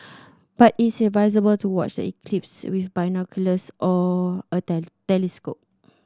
but it's advisable to watch the eclipse with binoculars or a telescope